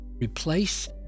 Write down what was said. replace